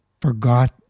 forgot